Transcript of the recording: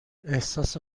احساس